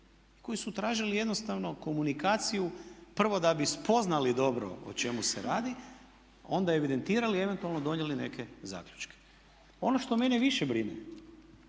koji su tražili jednostavno komunikaciju prvo da bi spoznali dobro o čemu se radi a onda evidentirali i eventualno donijeli neke zaključke. Ono što mene više brine,